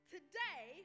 Today